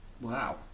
wow